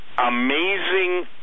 amazing